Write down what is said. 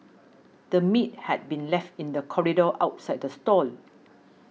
the meat had been left in the corridor outside the stall